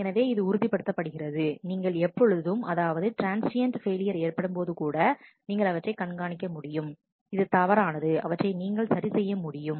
எனவே இது உறுதிப்படுத்துகிறது நீங்கள் எப்பொழுதும் அதாவது டிரான்சியண்ட் ஃபெயிலியர் ஏற்படும் போது கூட நீங்கள் அவற்றைக் கண்காணிக்க முடியும் இது தவறானது அவற்றை நீங்கள் சரி செய்ய முடியும்